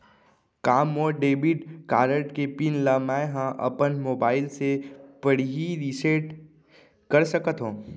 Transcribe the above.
का मोर debit card के पिन ल मैं ह अपन मोबाइल से पड़ही रिसेट कर सकत हो?